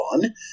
fun